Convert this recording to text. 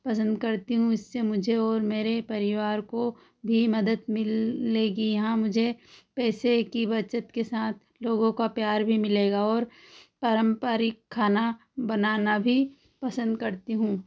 पसंद करती हूँ इससे मुझे और मेरे परिवार को भी मदद मिलेगी यहाँ मुझे पैसे की बचत के साथ लोगों का प्यार भी मिलेगा और पारंपरिक खाना बनाना भी पसंद करती हूँ